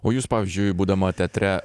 o jūs pavyzdžiui būdama teatre